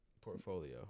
Portfolio